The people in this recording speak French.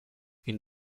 une